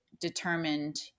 determined